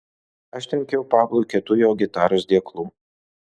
aš trenkiau pablui kietu jo gitaros dėklu